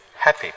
happy